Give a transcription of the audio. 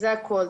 תודה.